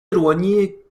éloignée